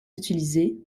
utilisé